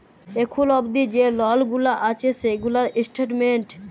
এখুল অবদি যে লল গুলা আসে সেগুলার স্টেটমেন্ট